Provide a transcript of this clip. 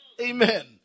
Amen